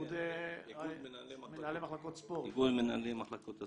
מאיגודי מנהלי מחלקות ספורט?